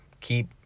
keep